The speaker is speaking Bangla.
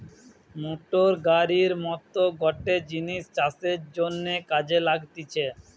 মোটর গাড়ির মত গটে জিনিস চাষের জন্যে কাজে লাগতিছে